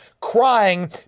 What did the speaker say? crying